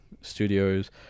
studios